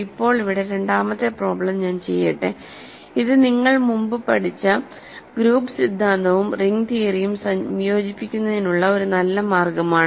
ഇപ്പോൾ ഇവിടെ രണ്ടാമത്തെ പ്രോബ്ലം ഞാൻ ചെയ്യട്ടെ ഇത് നിങ്ങൾ മുമ്പ് പഠിച്ച ഗ്രൂപ്പ് സിദ്ധാന്തവും റിംഗ് തിയറിയും സംയോജിപ്പിക്കുന്നതിനുള്ള ഒരു നല്ല മാർഗമാണ്